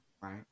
right